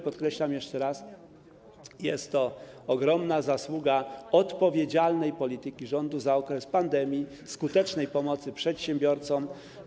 Podkreślam jeszcze raz, że jest to ogromna zasługa odpowiedzialnej polityki rządu za okres pandemii, skutecznej pomocy przedsiębiorcom.